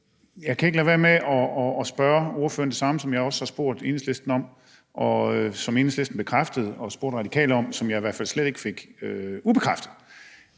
Jeg kan ikke lade være med at spørge ordføreren om det samme, som jeg også har spurgt Enhedslisten om – og Enhedslisten bekræftede – og som jeg har spurgt Radikale om, og dér fik jeg det i hvert fald slet ikke afkræftet.